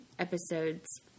Episodes